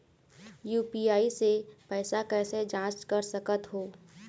UPI से पैसा कैसे जाँच कर सकत हो?